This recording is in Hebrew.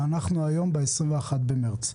אנחנו היום ב-21 במרץ.